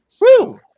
Woo